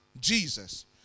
Jesus